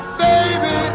baby